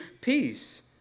peace